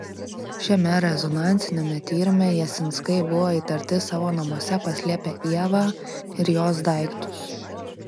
šiame rezonansiniame tyrime jasinskai buvo įtarti savo namuose paslėpę ievą ir jos daiktus